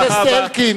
חבר הכנסת אלקין,